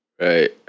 Right